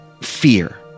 fear